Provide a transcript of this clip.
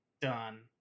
done